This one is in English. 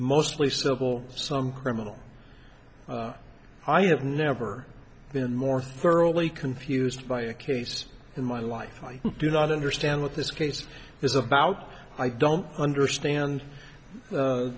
mostly civil some criminal i have never been more thoroughly confused by a caved in my life i do not understand what this case is about i don't understand